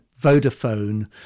Vodafone